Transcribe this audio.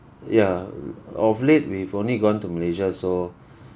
ya uh of late we've only gone to malaysia so